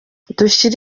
dushyira